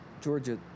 Georgia